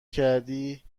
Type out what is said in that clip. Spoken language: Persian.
کردی